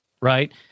right